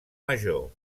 major